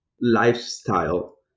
lifestyle